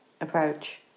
approach